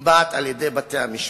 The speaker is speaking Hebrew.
נקבעת על-ידי בתי-המשפט.